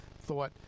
thought